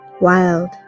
wild